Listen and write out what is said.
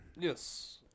Yes